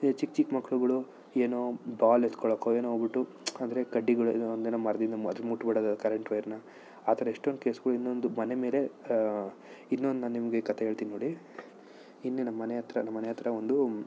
ಈ ಚಿಕ್ಕ ಚಿಕ್ಕ ಮಕ್ಳುಗಳು ಏನೋ ಬಾಲ್ ಎತ್ಕೊಳೋಕೊ ಏನೋ ಹೋಗಿಬಿಟ್ಟು ಅಂದರೆ ಕಡ್ಡಿಗಳು ಏನೋ ಒಂದೇನೋ ಮರದಿಂದ ಅದು ಮುಟ್ಟಿ ಬಿಡೋದು ಕರೆಂಟ್ ವೈರ್ನ ಆ ಥರ ಎಷ್ಟೊಂದು ಕೇಸ್ಗಳು ಇನ್ನೊಂದು ಮನೆ ಮೇಲೆ ಇನ್ನೊಂದು ನಾನು ನಿಮಗೆ ಕಥೆ ಹೇಳ್ತೀನಿ ನೋಡಿ ನಿನ್ನೆ ನಮ್ಮ ಮನೆ ಹತ್ರ ನಮ್ಮ ಮನೆ ಹತ್ರ ಒಂದು